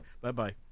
bye-bye